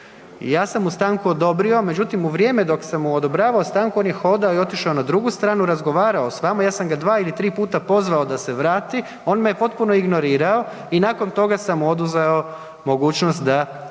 ja sam mu stanku odobrio. Međutim, u vrijeme dok sam mu odobravao stanku on je hodao i otišao na drugu stranu, razgovarao s vama, ja sam ga dva ili tri puta pozvao da se vrati, on me je potpuno ignorirao i nakon toga sam mu oduzeo mogućnost da traži